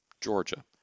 Georgia